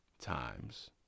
times